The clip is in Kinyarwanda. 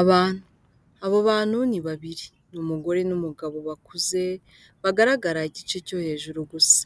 Abantu, abo bantu ni babiri ni umugore n'umugabo bakuze bagaragara igice cyo hejuru gusa